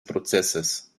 prozesses